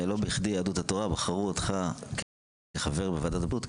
לא בכדי יהדות התורה בחרו בך להיות חבר בוועדת הבריאות.